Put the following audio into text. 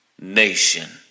nation